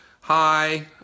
hi